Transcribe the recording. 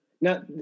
Now